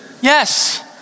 Yes